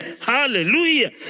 Hallelujah